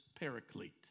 paraclete